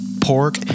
pork